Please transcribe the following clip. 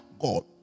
God